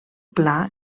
pla